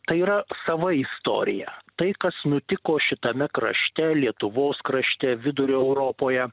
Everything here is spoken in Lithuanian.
tai yra sava istorija tai kas nutiko šitame krašte lietuvos krašte vidurio europoje